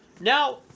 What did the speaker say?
Now